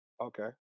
Okay